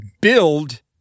build